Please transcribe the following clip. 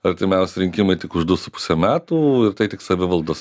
artimiausi rinkimai tik už du su puse metų tai tik savivaldos